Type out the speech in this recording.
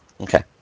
Okay